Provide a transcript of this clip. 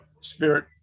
spirit